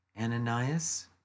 Ananias